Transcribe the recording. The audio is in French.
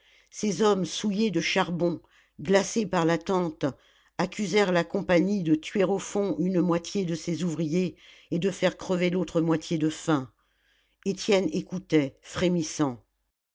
ces hommes souillés de charbon glacés par l'attente accusèrent la compagnie de tuer au fond une moitié de ses ouvriers et de faire crever l'autre moitié de faim étienne écoutait frémissant